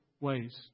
ways